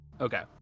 Okay